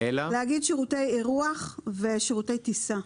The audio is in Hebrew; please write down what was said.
להגיד: שירותי אירוח ושירותי טיסה.